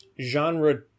genre